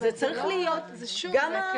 צריך להיות שהאדם,